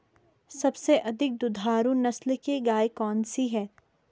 सबसे अधिक दुधारू नस्ल की गाय कौन सी है?